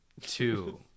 two